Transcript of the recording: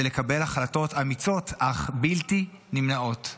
ולקבל החלטות אמיצות אך בלתי נמנעות.